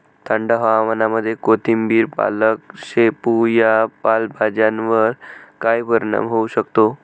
थंड हवामानामध्ये कोथिंबिर, पालक, शेपू या पालेभाज्यांवर काय परिणाम होऊ शकतो?